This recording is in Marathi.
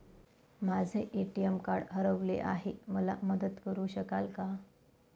माझे ए.टी.एम कार्ड हरवले आहे, मला मदत करु शकाल का?